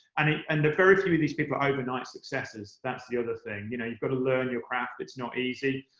i mean and very few of these people are overnight successes, that's the other thing. you know you've got to learn your craft. it's never easy.